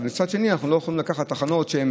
אבל מצד שני אנחנו לא יכולים לקחת תחנות שהן